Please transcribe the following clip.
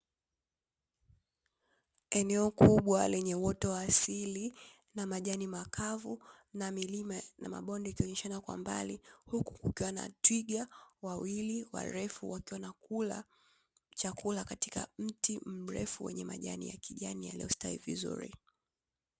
Eneo kubwa lenye uoto wa asili na majani makavu na milima na mabonde, ikionekana kwa mbali, huku kikiwa na twiga wawili warefu wakiwa wanakula chakula katika mti mrefu wenye majani ya kijani yaliyostawi vizuri.